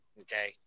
Okay